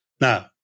Now